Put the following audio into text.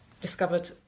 discovered